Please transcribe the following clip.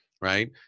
right